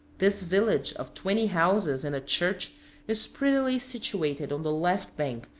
this village of twenty houses and a church is prettily situated on the left bank,